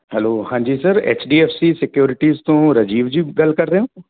hello ਹਾਂਜੀ sir H D F C securities ਤੋਂ ਰਾਜੀਵ ਜੀ ਗੱਲ ਕਰ ਰਹੇ ਹੋ